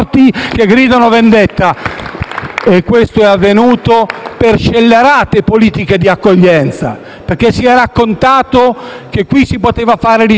Gruppo FI-BP)*. E ciò è avvenuto per scellerate politiche di accoglienza, perché si è raccontato che qui si poteva fare di tutto.